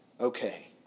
okay